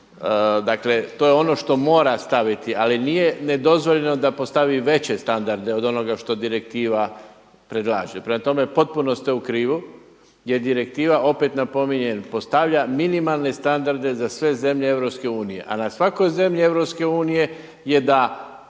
dakle to je ono što mora staviti ali nije nedozvoljeno da postavi veće standarde od onoga što direktiva predlaže. Prema tome, potpuno ste u krivu, jer direktiva opet napominjem postavlja minimalne standarde za sve zemlje EU, a na svakoj zemlji EU je da